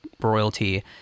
royalty